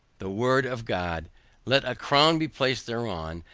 the word of god let a crown be placed thereon,